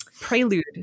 prelude